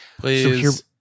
Please